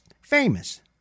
famous